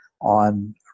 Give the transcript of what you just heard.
on